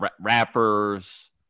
rappers